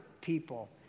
people